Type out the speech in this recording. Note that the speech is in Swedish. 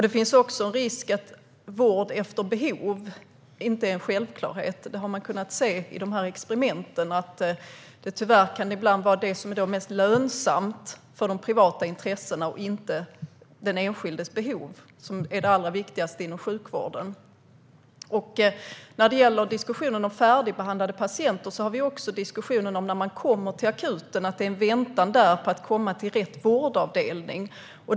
Det finns också risk för att vård efter behov inte blir en självklarhet. Vi har tyvärr kunnat se i experimenten att det kan bli det mest lönsamma för de privata intressena som går före och inte den enskildes behov, som ju är det allra viktigaste inom sjukvården. Diskussionen om färdigbehandlade patienter handlar också om väntan på akuten på att få komma till rätt vårdavdelning.